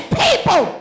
people